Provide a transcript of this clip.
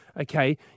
Okay